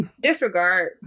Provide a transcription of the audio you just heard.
Disregard